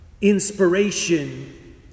inspiration